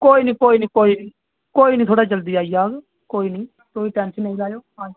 कोई नेई कोई नेई कोई नेई थोह्ड़ा जल्दी आई जाग कोई नेई टेंशन नेईं लेएओ